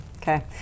okay